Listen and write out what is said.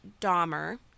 Dahmer